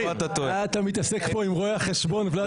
אבל לא צריך, כל חברי הוועדה הצביעו.